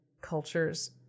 cultures